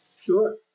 Sure